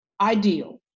ideal